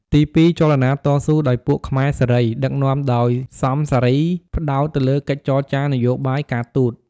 ទី២ ចលនាតស៊ូ ដោយពួកខ្មែរសេរី ដឹកនាំដោយ សមសារី ផ្ដោតទៅលើកិច្ចចរចារនយោបាយការទូត ។